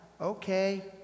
okay